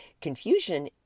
Confusion